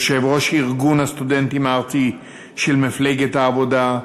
יושב-ראש ארגון הסטודנטים הארצי של מפלגת העבודה,